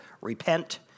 repent